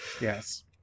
yes